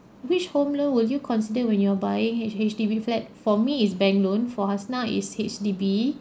which home loan would you consider when you're buying H H_D_B flat for me is bank loan for hasna is H_D_B